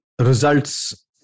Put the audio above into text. results